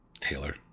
Taylor